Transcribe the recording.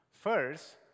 First